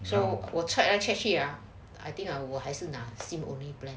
so 我 check 来 check 去 ah I think I will 还是拿 SIM only plan